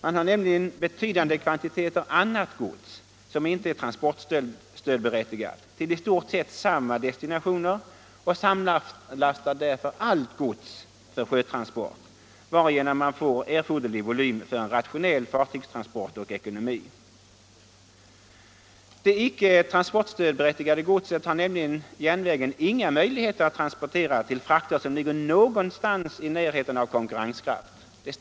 Man har nämligen betydande kvantiteter annat gods som inte är transportstödberättigat till i stort sett samma destinationer och samlastar därför allt gods för sjötransport, varigenom man får erforderlig volym för en rationell fartygstransport och ekonomi. Det icke transportstödberättigade godset har nämligen järnvägen inga möjligheter att transportera till fraktpriser som ligger någonstans i närheten av konkurrenskraft.